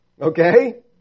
Okay